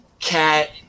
Cat